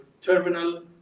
terminal